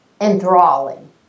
enthralling